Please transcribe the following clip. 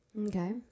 Okay